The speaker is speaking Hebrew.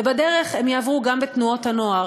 ובדרך הם יעברו גם בתנועות הנוער.